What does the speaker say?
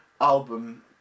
album